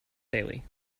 daily